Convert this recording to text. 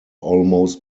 almost